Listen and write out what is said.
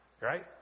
Right